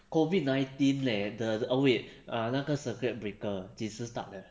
COVID nineteen leh oh wait err 那个 circuit breaker 几时 start 的